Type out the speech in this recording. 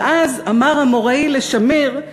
אבל אז אמר אמוראי לשמיר: